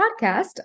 podcast